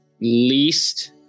least